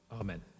Amen